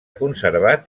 conservat